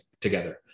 together